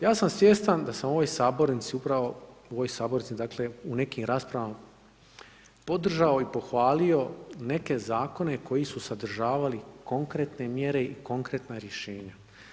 Ja sa svjestan da sam u ovoj sabornici upravo, u ovoj sabornici dakle u nekim raspravama podržao i pohvalio neke zakone koji su sadržavali konkretne mjere i konkretna rješenja.